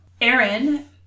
Aaron